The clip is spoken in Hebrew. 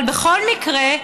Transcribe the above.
אבל בכל מקרה,